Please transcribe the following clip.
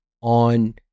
on